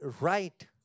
right